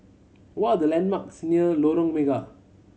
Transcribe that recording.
what are the landmarks near Lorong Mega